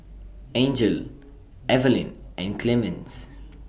Angel Evaline and Clemens